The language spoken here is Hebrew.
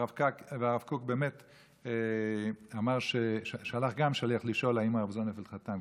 והרב קוק באמת גם שלח שליח לשאול אם הרב זוננפלד חתם,